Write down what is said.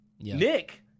Nick